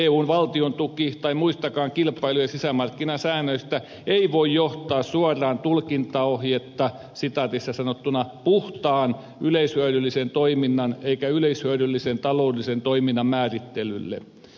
eun valtiontuki tai muistakaan kilpailu ja sisämarkkinasäännöistä ei voi johtaa suoraan tulkintaohjetta puhtaan yleishyödyllisen toiminnan eikä yleishyödyllisen taloudellisen toiminnan määrittelylle